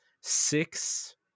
six